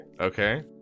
Okay